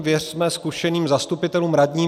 Věřme zkušeným zastupitelům, radním.